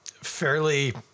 Fairly